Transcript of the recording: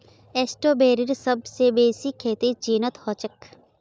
स्ट्रॉबेरीर सबस बेसी खेती चीनत ह छेक